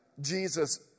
Jesus